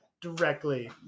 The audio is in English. Directly